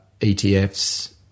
ETFs